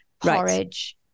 porridge